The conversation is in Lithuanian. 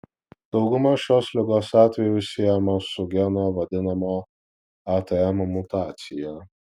dauguma šios ligos atvejų siejama su geno vadinamo atm mutacija